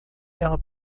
ela